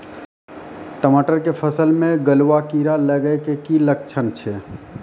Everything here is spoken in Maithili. टमाटर के फसल मे गलुआ कीड़ा लगे के की लक्छण छै